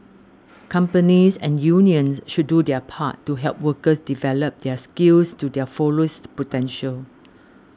companies and unions should do their part to help workers develop their skills to their fullest potential